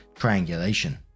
triangulation